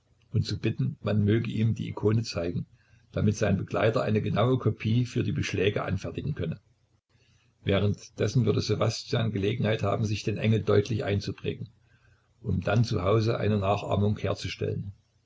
und zu bitten man möge ihm die ikone zeigen damit sein begleiter eine genaue kopie für die beschläge anfertigen könne währenddessen würde ssewastjan gelegenheit haben sich den engel deutlich einzuprägen um dann zu hause eine nachahmung herzustellen